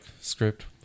script